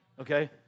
Okay